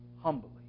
humbly